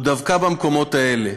הוא דווקא במקומות האלה,